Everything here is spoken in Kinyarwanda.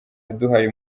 yaduhaye